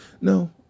No